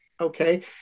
Okay